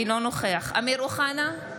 אינו נוכח אמיר אוחנה,